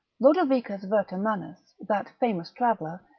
lodovicus vertomannus, that famous traveller,